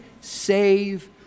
save